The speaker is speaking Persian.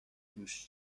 توش